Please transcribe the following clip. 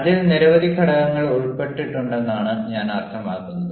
അതിൽ നിരവധി ഘടകങ്ങൾ ഉൾപ്പെട്ടിട്ടുണ്ടെന്നാണ് ഞാൻ അർത്ഥമാക്കുന്നത്